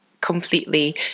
completely